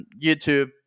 YouTube